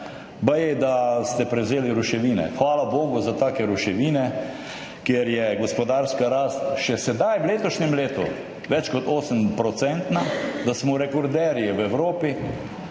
Baje, da ste prevzeli ruševine. Hvala bogu za take ruševine, kjer je gospodarska rast še sedaj v letošnjem letu več kot 8-odstotna, da smo rekorderji v Evropi,